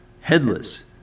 headless